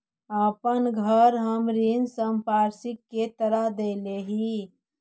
अपन घर हम ऋण संपार्श्विक के तरह देले ही